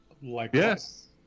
yes